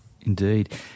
Indeed